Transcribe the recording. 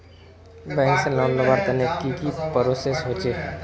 Bank से loan लुबार तने की की प्रोसेस होचे?